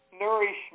nourishment